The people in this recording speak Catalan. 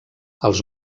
els